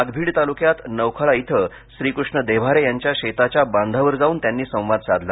नागभीड तालुक्यात नवखळा इथं श्रीकृष्ण देव्हारे यांच्या शेताच्या बांधावर जाऊन त्यांनी संवाद साधला